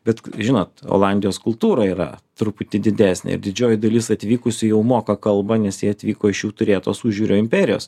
bet žinot olandijos kultūra yra truputį didesnė didžioji dalis atvykusių jau moka kalbą nes jie atvyko iš jų turėtos užjūrio imperijos